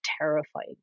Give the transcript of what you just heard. terrifying